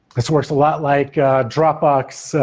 this works a lot like dropbox,